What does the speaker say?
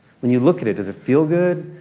when you look at it, does it feel good?